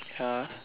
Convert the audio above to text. ya